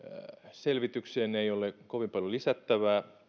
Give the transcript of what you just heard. selvitykseen ei ole kovin paljon lisättävää